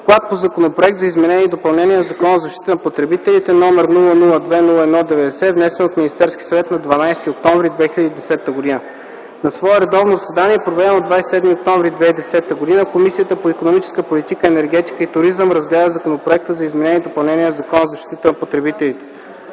по законопроект за изменение и допълнение на Закона за защита на потребителите, № 002-01-90, внесен от Министерския съвет на 12 октомври 2010 г. На свое редовно заседание, проведено на 27 октомври 2010 г., Комисията по икономическата политика, енергетика и туризъм разгледа Законопроекта за изменение и допълнение на Закона за защита на потребителите.